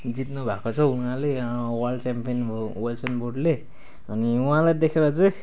जित्नुभएको छ उहाँले world champion Usain बोल्टले अनि उहाँलाई देखेर चाहिँ